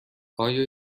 آیا